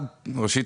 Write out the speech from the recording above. ראשית,